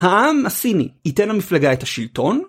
העם הסיני ייתן למפלגה את השלטון?